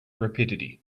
rapidity